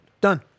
Done